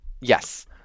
Yes